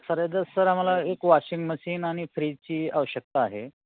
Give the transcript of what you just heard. sir एकदा sir आम्हाला एक वॉशिंग मशीन आणि फ्रीजची आवश्यकता आहे